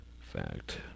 fact